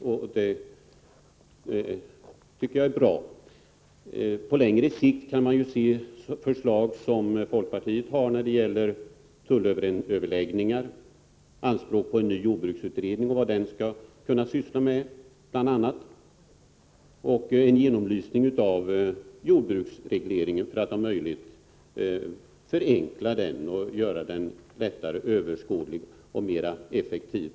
Jag tycker att det är bra. På längre sikt kan man lösa andra frågor som folkpartiet har tagit upp, exempelvis tullöverläggningar, vårt anspråk på en ny jordbruksutredning och vad den skall syssla med samt förslaget om en genomlysning av jordbruksregleringen för att om möjligt förenkla den och göra den mer lättöverskådlig och mer effektiv.